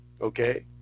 Okay